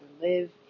live